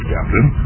Captain